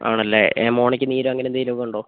ആണല്ലേ മോണയ്ക്ക് നീരോ അങ്ങനെ എന്തെങ്കിലും ഒക്കെ ഉണ്ടോ